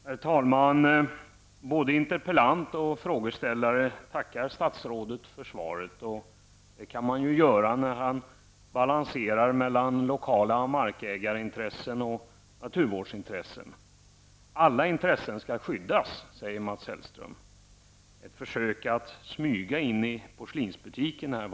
Herr talman! Både interpellant och frågeställare tackar statsrådet för svaret, och det kan man ju göra. Men statsrådet balanserar mellan lokala markägarintressen och naturvårdsintressen. Alla intressen skall skyddas, säger Mats Hellström i ett försök att smyga in i porslinsbutiken.